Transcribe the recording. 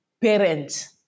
parents